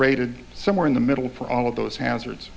rated somewhere in the middle for all of those hazards